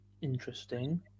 Interesting